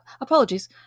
Apologies